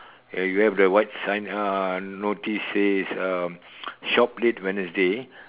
ya you have the white sign uh notice says uh shop late Wednesday